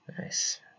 nice